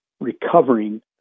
recovering